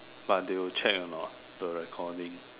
but they will check or not the recording